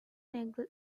nagel